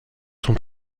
sont